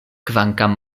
kvankam